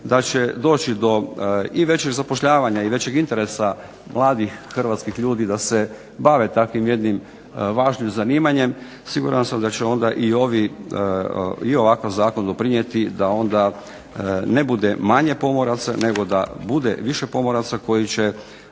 da će doći do i većeg zapošljavanja i većeg interesa mladih hrvatskih ljudi da se bave takvim jednim važnim zanimanjem, siguran sam da će onda i ovakav zakon doprinijeti da onda ne bude manje pomoraca nego da bude više pomoraca koji će